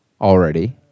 already